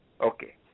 Okay